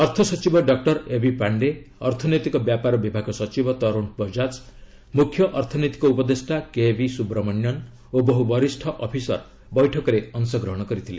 ଅର୍ଥ ସଚିବ doctor AB Pandey ଅର୍ଥନୈତିକ ବ୍ୟାପାର ବିଭାଗ ସଚିବ ତରୁଣ ବଙ୍ଗାଜ୍ ମୁଖ୍ୟ ଅର୍ଥନୈତିକ ଉପଦେଷ୍ଟା କେଭି ସୁବ୍ରମଣ୍ୟନ୍ ଓ ବହୁ ବରିଷ୍ଣ ଅଫିସର ବୈଠକରେ ଅଂଶଗ୍ରହଣ କରିଛନ୍ତି